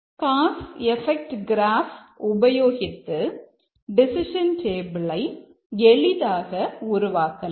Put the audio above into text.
cos effect graph எளிதாக உருவாக்கலாம்